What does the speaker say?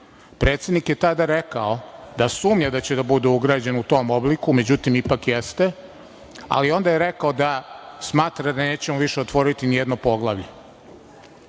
Predsednik je tada rekao da sumnja da će da bude ugrađen u tom obliku, međutim ipak jeste, ali onda je rekao da smatra da nećemo više otvoriti ni jedno poglavlje. Slažem